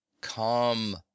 come